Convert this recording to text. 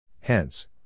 Hence